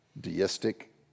deistic